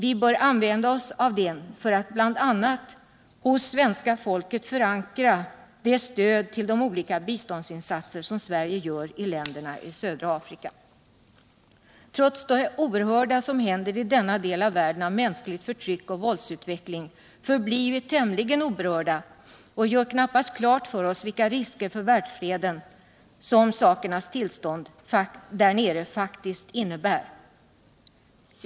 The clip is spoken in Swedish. Vi bör använda oss av den möjligheten bl.a. för att hos svenska folket förankra stödet till de olika biståndsinsatser som Sverige gör i länderna i södra Afrika. Trots det oerhörda som händer i denna del av världen av mänskligt förtryck och våldsutveckling förblir vi tämligen oberörda och gör knappast klart för oss vilka risker för världsfreden som sakernas tillstånd där nere faktiskt innebär.